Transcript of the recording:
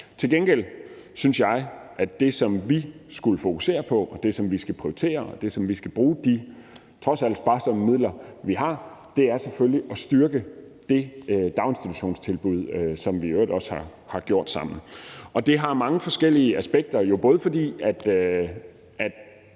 Til gengæld synes jeg, at det, som vi skulle fokusere på, det, som vi skal prioritere, og det, som vi skal bruge de trods alt sparsomme midler, vi har, til, selvfølgelig er at styrke det daginstitutionstilbud, hvilket vi i øvrigt også har gjort sammen. Det har jo mange forskellige aspekter, også fordi det